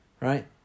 Right